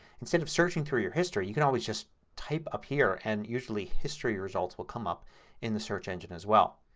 instead of searching through your history, you can always just type up here and usually history results will come up in the search engine as well.